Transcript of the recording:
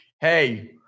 Hey